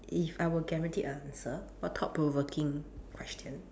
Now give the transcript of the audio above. if I were guaranteed an answer what thought provoking question